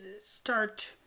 start